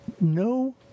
no